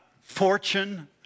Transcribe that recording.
fortune